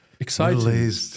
Excited